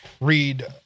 read